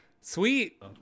Sweet